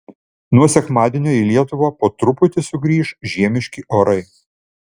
nuo sekmadienio į lietuvą po truputį sugrįš žiemiški orai